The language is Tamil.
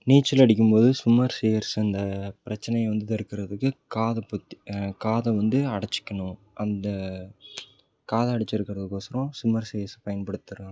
நீச்சல் அடிக்கும்போது ஸ்விம்மர்ஸ் யேர்ஸ் அந்தப் பிரச்சனையை வந்து இருக்கிறதுக்கு காதைப் பொத்தி காதை வந்து அடச்சுக்கணும் அந்த காதை அடச்சுருக்கிறதுக்கொசரம் ஸ்விம்மர்ஸ் யேர்ஸ் பயன்படுத்துகிறாங்க